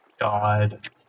god